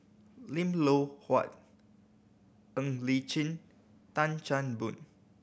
Lim Loh Huat Ng Li Chin Tan Chan Boon